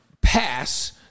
pass